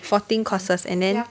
fourteen courses and then